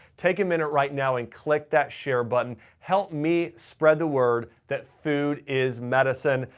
take a minute right now and click that share button, help me spread the word that food is medicine.